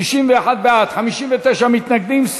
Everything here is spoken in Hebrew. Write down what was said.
61 בעד, 59 מתנגדים.